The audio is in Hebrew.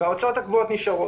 וההוצאות הקבועות נשארות.